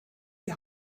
die